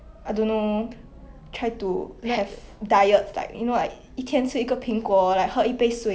then 那种 Kpop diet also like it's always on trend then it's like you know 你一看 right you know it's very unhealthy